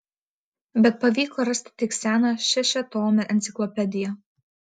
bet pavyko rasti tik seną šešiatomę enciklopediją